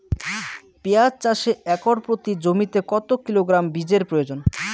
পেঁয়াজ চাষে একর প্রতি জমিতে কত কিলোগ্রাম বীজের প্রয়োজন?